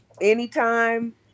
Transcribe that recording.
anytime